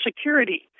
security